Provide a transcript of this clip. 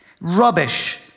rubbish